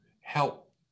help